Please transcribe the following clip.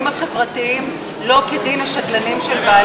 החברתיים לא כדין השדלנים של בעלי ההון?